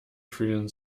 fühlen